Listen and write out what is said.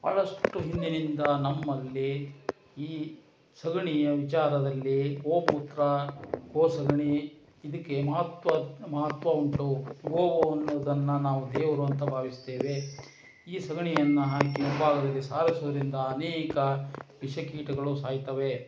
ಭಾಳಷ್ಟು ಹಿಂದಿನಿಂದ ನಮ್ಮಲ್ಲಿ ಈ ಸಗಣಿಯ ವಿಚಾರದಲ್ಲಿ ಗೋಮೂತ್ರ ಗೋ ಸಗಣಿ ಇದಕ್ಕೆ ಮಹತ್ವ ಮಹತ್ವ ಉಂಟು ಗೋವು ಅನ್ನುವುದನ್ನು ನಾವು ದೇವರು ಅಂತ ಭಾವಿಸುತ್ತೇವೆ ಈ ಸಗಣಿಯನ್ನು ಹಾಕಿ ಮುಂಭಾಗದಲ್ಲಿ ಸಾರಿಸುವುದರಿಂದ ಅನೇಕ ವಿಷಕೀಟಗಳು ಸಾಯ್ತವೆ